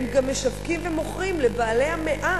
הם גם משווקים ומוכרים לבעלי המאה.